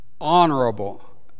Honorable